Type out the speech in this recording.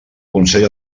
consell